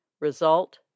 Result